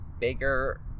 bigger